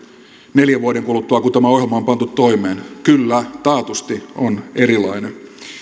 neljän vuoden kuluttua kun tämä ohjelma on pantu toimeen kyllä taatusti on erilainen